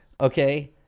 Okay